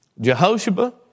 Jehoshaphat